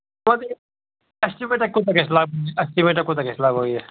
ژٕ وَن تہٕ مےٚ ایسٹِمیٹا کوٗتاہ گژھِ لَگ بھگ اتھ کوٗتاہ گژھِ لگ بھگ یہِ